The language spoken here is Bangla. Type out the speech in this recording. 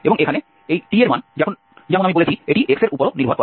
এবং এখানে এই t এর মান যেমন আমি বলেছি এটি x এর উপরও নির্ভর করে